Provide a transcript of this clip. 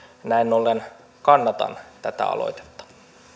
näin ollen kannatan tätä aloitetta